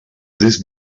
this